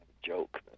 joke